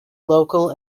local